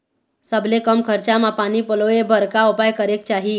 सबले कम खरचा मा पानी पलोए बर का उपाय करेक चाही?